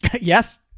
yes